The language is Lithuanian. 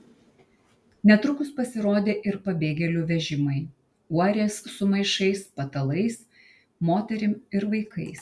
netrukus pasirodė ir pabėgėlių vežimai uorės su maišais patalais moterim ir vaikais